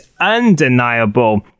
undeniable